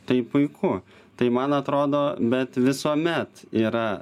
tai puiku tai man atrodo bet visuomet yra